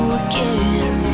again